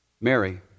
Mary